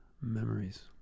Memories